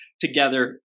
together